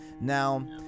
Now